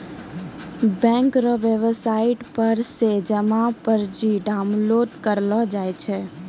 bank रो website पर से जमा पर्ची डाउनलोड करेलो जाय छै